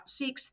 six